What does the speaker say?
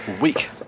week